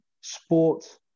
sport